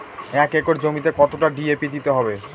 এক একর জমিতে কতটা ডি.এ.পি দিতে হবে?